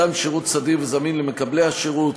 מתן שירות סדיר וזמין למקבלי השירות,